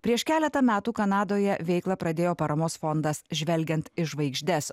prieš keletą metų kanadoje veiklą pradėjo paramos fondas žvelgiant į žvaigždes